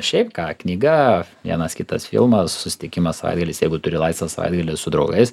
šiaip ką knyga vienas kitas filmas susitikimas savaitgaliais jeigu turi laisvą savaitgalį su draugais